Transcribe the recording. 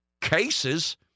cases